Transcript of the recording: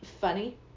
Funny